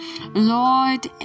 lord